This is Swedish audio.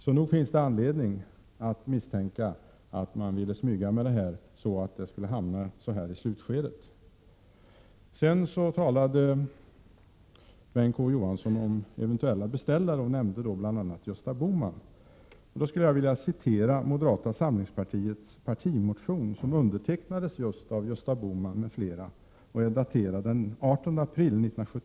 Så nog finns det anledning att misstänka att socialdemokraterna ville smyga med detta så att frågan skulle behandlas i slutskedet av riksmötet. Sedan talade Bengt K Å Johansson om eventuella beställare och nämnde då bl.a. Gösta Bohman. Av den anledningen skulle jag vilja citera moderata samlingspartiets partimotion, som är daterad den 18 april 1979, och som undertecknades just av Gösta Bohman m.fl.